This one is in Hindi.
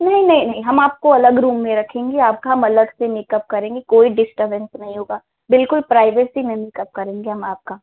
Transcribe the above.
नही नहीं नहीं हम आपको अलग रूम में रखेंगे आपका हम अलग से मेकअप करेंगे कोई डिस्टर्बेन्स नहीं होगा बिल्कुल प्राइवेसी में मेकअप करेंगे हम आपका